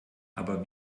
aber